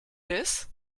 this